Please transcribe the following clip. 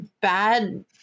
bad